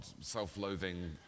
self-loathing